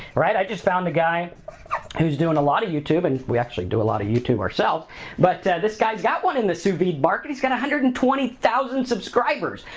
right, i just found a guy who's doing a lot of youtube and we actually do a lot of youtube ourselves but this guy's got one in the sous vide market, he's got one hundred and twenty thousand subscribers.